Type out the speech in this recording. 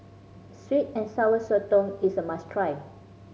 sweet and Sour Sotong is a must try